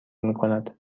میکند